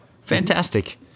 Fantastic